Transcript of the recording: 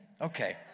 Okay